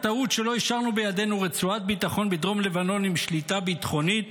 הטעות שלא השארנו בידינו רצועת ביטחון בדרום לבנון עם שליטה ביטחונית